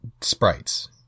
sprites